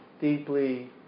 deeply